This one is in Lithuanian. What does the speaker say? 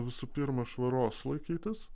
visų pirma švaros laikytis